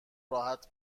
راحت